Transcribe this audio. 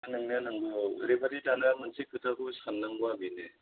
नंनाया नंगौ ओरैबादि दाना मोनसे खोथाखौ साननांगौआ बेनो